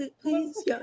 Please